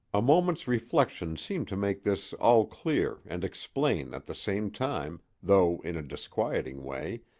a moment's reflection seemed to make this all clear and explain at the same time, though in a disquieting way,